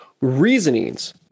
reasonings